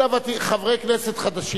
אלא חברי כנסת חדשים,